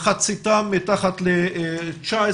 שמחציתם מתחת ל-19,